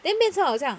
then 变成好像